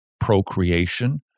procreation